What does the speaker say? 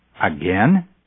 Again